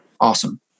awesome